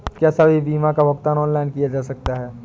क्या सभी बीमा का भुगतान ऑनलाइन किया जा सकता है?